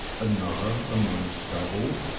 another among stubble,